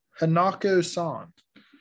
Hanako-san